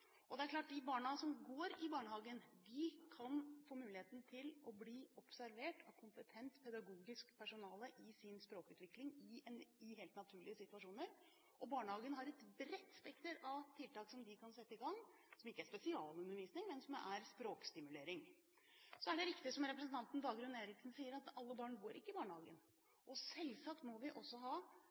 å bli observert av kompetent pedagogisk personale i sin språkutvikling i helt naturlige situasjoner. Barnehagen har et bredt spekter av tiltak som de kan sette i gang, som ikke er spesialundervisning, men som er språkstimulering. Så er det riktig som representanten Dagrun Eriksen sier, at alle barn går ikke i barnehagen. Selvsagt må vi også ha